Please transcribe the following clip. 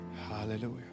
Hallelujah